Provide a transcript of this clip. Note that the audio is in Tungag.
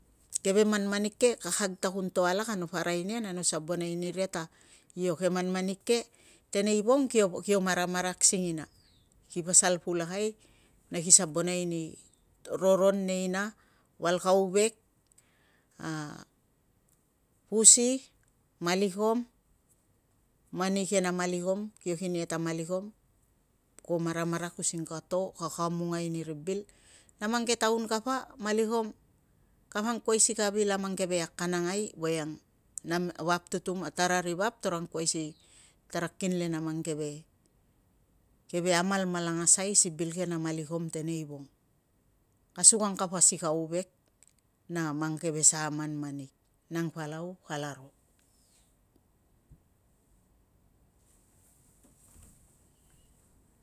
Keve manmanik ke, kakag ta kun to alak a napo arai nia na napo sabonai niria ta io keve manmanik ke, teneivong kio maramarak singina ki pasal pulakai na ki sabonai ni roron nei- na val kauvek, pusi, malikom. Mani ke na malikom kio kin ia ta malikom, ko maramarak using ka to, ka kamungai niri bil. Na mang ke taun kapa, malikom kapa angkuai si ka vil a mang keve akanangai voiang tara ri vap tarapo anguai si tara kinle na mang keve amalmalangasai si bil ke na malikom tenei vong. Asukang kapa si kauvek na mangsa keve manmanik. Nang palau kalaro!